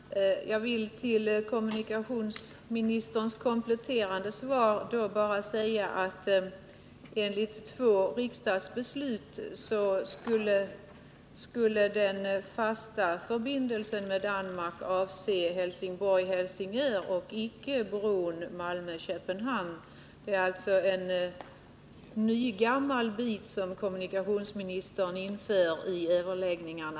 Herr talman! Jag vill med anledning av kommunikationsministerns kompletterande svar bara säga att enligt två riksdagsbeslut skulle den fasta förbindelsen med Danmark avse Helsingborg-Helsingör och icke bron Malmö-Köpenhamn. Det är alltså en nygammal bit som kommunikationsministern inför i överläggningarna.